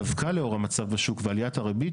דווקא לאור המצב בשוק ועליית הריבית,